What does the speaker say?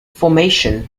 formation